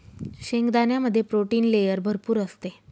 शेंगदाण्यामध्ये protein layer भरपूर असते